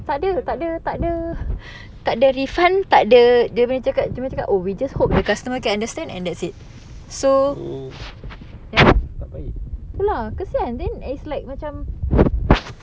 tak ada tak ada tak ada refund tak ada dia boleh cakap oh we just hope the customer can understand and that's it so ya lah tu lah kesian and then it's like macam